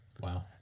Wow